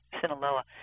Sinaloa